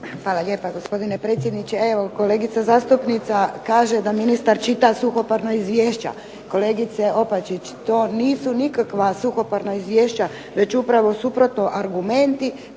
Hvala lijepa. Gospodine predsjedniče, evo kolegica zastupnica kaže da ministar čita suhoparna izvješća. Kolegice Opačić to nisu nikakva suhoparna izvješća već upravo suprotno argumenti